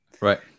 Right